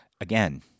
Again